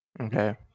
Okay